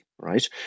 right